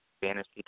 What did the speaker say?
fantasy